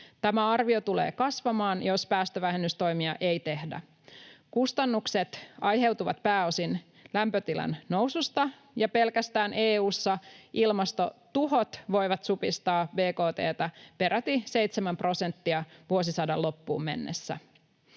Tämä arvio tulee kasvamaan, jos päästövähennystoimia ei tehdä. Kustannukset aiheutuvat pääosin lämpötilan noususta, ja pelkästään EU:ssa ilmastotuhot voivat supistaa bkt:tä peräti seitsemän prosenttia vuosisadan loppuun mennessä.